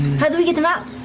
how do we get him out?